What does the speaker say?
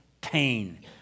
pain